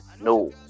No